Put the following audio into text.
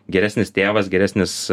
geresnis tėvas geresnis